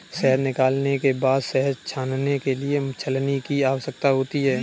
शहद निकालने के बाद शहद छानने के लिए छलनी की आवश्यकता होती है